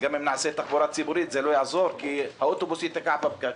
גם אם נעשה שם תחבורה ציבורית זה לא יעזור כי האוטובוס יתקע בפקק.